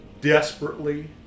desperately